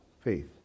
faith